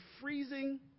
freezing